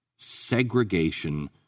Segregation